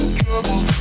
trouble